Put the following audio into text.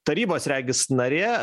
tarybos regis narė